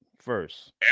first